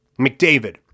McDavid